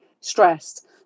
stressed